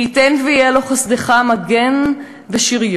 מי ייתן ויהיה לו חסדך מגן ושריון.